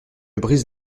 brise